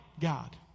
God